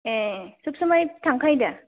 ए सबसमाय थांखायोदा